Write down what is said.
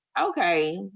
okay